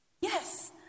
Yes